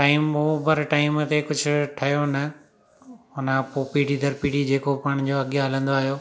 time हुओ पर time ते कुझु ठहियो न हुन खां पीढ़ी दरु पीढ़ी जेको पाण जो अॻियां हलंदो आहियो